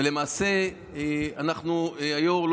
ולמעשה הוא היו"ר.